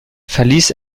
verließ